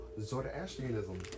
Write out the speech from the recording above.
Zoroastrianism